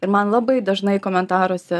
ir man labai dažnai komentaruose